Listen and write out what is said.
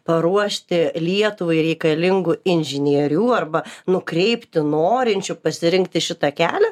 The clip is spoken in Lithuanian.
paruošti lietuvai reikalingų inžinierių arba nukreipti norinčių pasirinkti šitą kelią